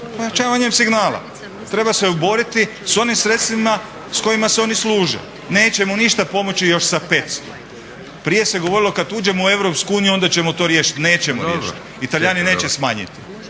pojačavanjem signala. Treba se boriti s onim sredstvima s kojima se oni službe. Neće mu ništa pomoći još sa petsto. Prije se govorio kad uđemo u EU onda ćemo to riješiti, nećemo riješiti i Talijani neće smanjiti